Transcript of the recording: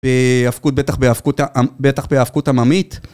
בהאבקות, בטח בהאבקות עממית.